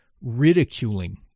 ridiculing